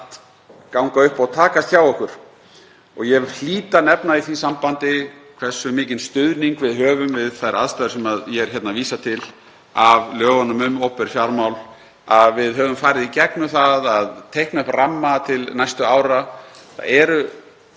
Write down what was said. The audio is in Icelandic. þetta allt ganga upp og takast hjá okkur. Ég hlýt að nefna í því sambandi hversu mikinn stuðning við höfum við þær aðstæður sem ég er að vísa til af lögunum um opinber fjármál, að við höfum farið í gegnum það að teikna upp ramma til næstu ára. Það eru